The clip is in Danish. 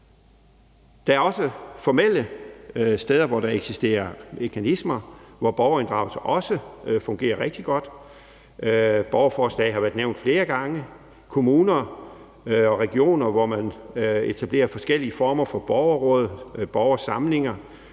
Der er også formelle steder, hvor der eksisterer mekanismer, hvor borgerinddragelse også fungerer rigtig godt. Borgerforslag har været nævnt flere gange. Der er kommuner og regioner, hvor man etablerer forskellige former for borgerråd, borgersamlinger.